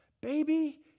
Baby